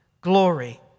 glory